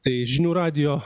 tai žinių radijo